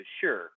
Sure